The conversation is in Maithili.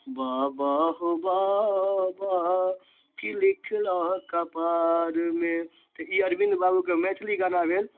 बाबा हौ बाबा कि लिखलऽ कपारमे तऽ ई अरविन्द बाबूके मैथिली गाना भेल